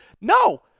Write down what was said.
No